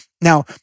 Now